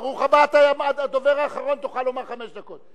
ברוך הבא, אתה הדובר האחרון, תוכל לדבר חמש דקות.